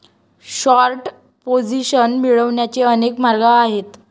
short position मिळवण्याचे अनेक मार्ग आहेत